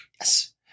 Yes